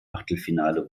achtelfinale